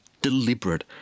deliberate